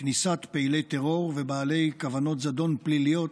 כניסת פעילי טרור ובעלי כוונות זדון פליליות